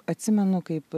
atsimenu kaip